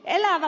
hälyttävä